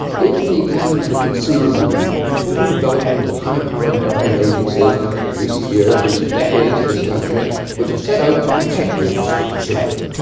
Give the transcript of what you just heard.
in it he examines the consumer movement, the whole development of high-powered government agencies in recent years, recent decades in this country which have set out to protect the interests of the consumer.